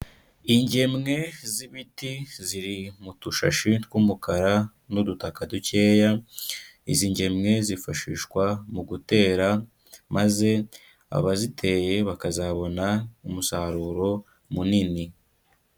Ingemwe z'ibiti ziri mu dushashi tw'umukara n'udutaka dukeya, izi ngemwe zifashishwa mu gutera maze abaziteye bakazabona umusaruro munini.